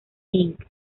inc